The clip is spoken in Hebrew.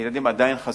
הילדים עדיין חשופים,